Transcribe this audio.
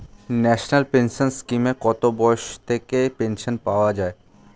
National pension স্কিমে কত বয়স থেকে পেনশন পাওয়া যায়?